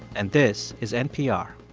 and this is npr